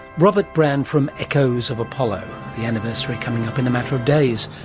robert brand from echoes of apollo. the anniversary coming up in a matter of days,